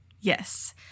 Yes